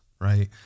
Right